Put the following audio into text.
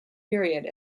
period